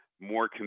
more